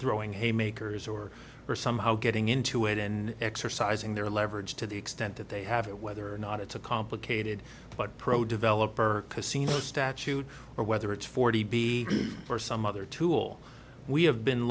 throwing haymakers or somehow getting into it and exercising their leverage to the extent that they have it whether or not it's a complicated but pro developer casino statute or whether it's forty b or some other tool we have been